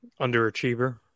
underachiever